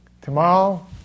Tomorrow